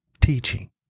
teaching